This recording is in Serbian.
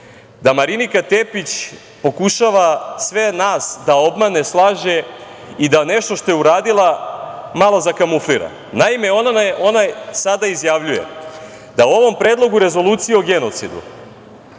da Marinika Tepić pokušava sve nas da obmane, slaže i da nešto što je uradila, malo zakamuflira. Naime, ona sada izjavljuje da u ovom predlogu rezolucije o genocidu